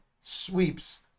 sweeps